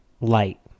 light